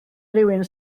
rywun